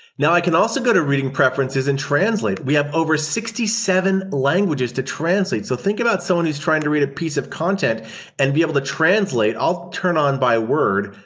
now i can also go to reading preferences and translate. we have over sixty seven languages to translate. so think about someone who's trying to read a piece of content and be able to translate, i'll turn on by word.